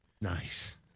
Nice